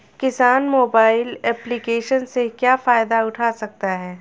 किसान mobile application से क्या फायदा उठा सकता है?